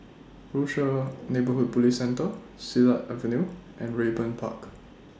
Rochor Neighborhood Police Centre Silat Avenue and Raeburn Park